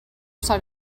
side